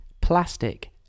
Plastic